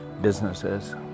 businesses